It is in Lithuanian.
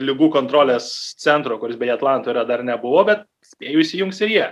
ligų kontrolės centro kuris beje atlantoj yra dar nebuvo bet spėju įsijungs ir jie